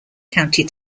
county